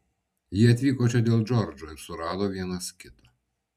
jie atvyko čia dėl džordžo ir surado vienas kitą